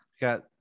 Got